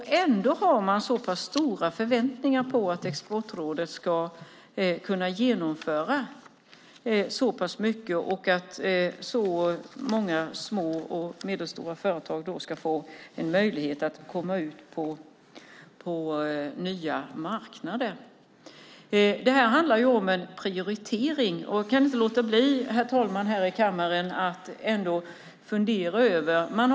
Ändå har man så stora förväntningar på att Exportrådet ska kunna genomföra så pass mycket och att så många små och medelstora företag ska få en möjlighet att komma ut på nya marknader. Detta handlar om en prioritering. Jag kan inte låta bli att här i kammaren fundera över detta.